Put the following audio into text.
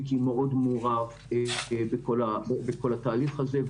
מיקי מאוד מעורב בכל התהליך הזה.